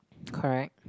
correct